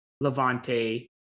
Levante